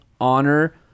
honor